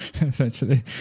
essentially